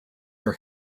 are